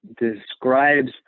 describes